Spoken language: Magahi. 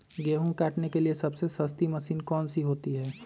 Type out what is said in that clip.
गेंहू काटने के लिए सबसे सस्ती मशीन कौन सी होती है?